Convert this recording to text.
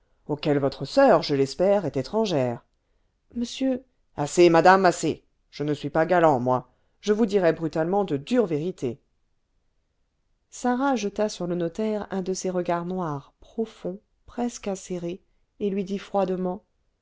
auxquelles votre soeur je l'espère est étrangère monsieur assez madame assez je ne suis pas galant moi je vous dirais brutalement de dures vérités sarah jeta sur le notaire un de ces regards noirs profonds presque acérés et lui dit froidement